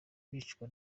bicwa